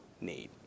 need